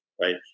right